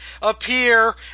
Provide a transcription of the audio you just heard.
appear